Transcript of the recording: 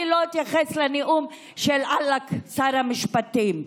אני לא אתייחס לנאום של עלק שר המשפטים,